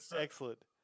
Excellent